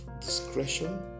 discretion